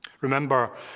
Remember